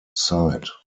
side